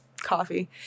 coffee